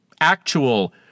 actual